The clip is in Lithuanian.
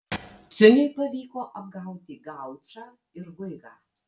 ciūniui pavyko apgauti gaučą ir guigą